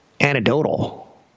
anecdotal